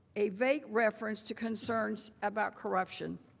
a vague reference to concerns about corruption.